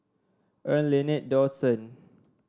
Erna Lynette Dawson